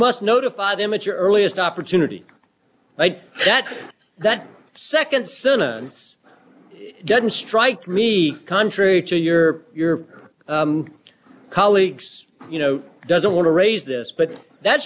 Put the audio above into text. must notify them at your earliest opportunity that that nd sentence doesn't strike me contrary to your your colleagues you know doesn't want to raise this but that